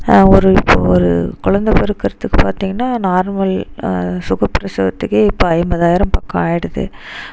ஒரு இப்போது ஒரு குழந்தைப் பிறக்குறதுக்கு பார்த்தீங்கன்னா நார்மல் சுகப்பிரசவத்துக்கே இப்போ ஐம்பதாயிரம் பக்கம் ஆயிடுது